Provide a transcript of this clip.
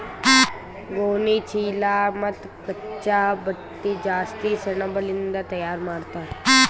ಗೋಣಿಚೀಲಾ ಮತ್ತ್ ಕಚ್ಚಾ ಬಟ್ಟಿ ಜಾಸ್ತಿ ಸೆಣಬಲಿಂದ್ ತಯಾರ್ ಮಾಡ್ತರ್